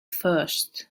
first